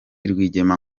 rwigema